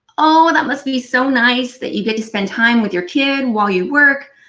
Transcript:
ah ah that must be so nice that you get to spend time with your kid while you work,